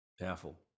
powerful